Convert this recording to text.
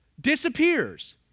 disappears